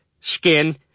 Skin